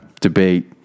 debate